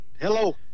Hello